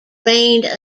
reigned